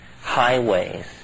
highways